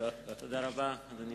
אדוני